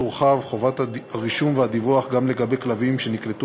תורחב חובת הרישום והדיווח גם לגבי כלבים שנקלטו